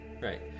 right